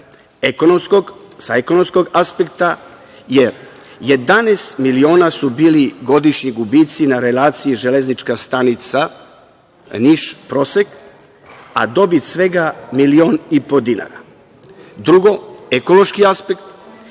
ekonomskog aspekta, jer 11 miliona su bili godišnji gubici na relaciji železnička stanica Niš – Prosek, a dobit svega milion i po dinara. Drugo, ekološki aspekt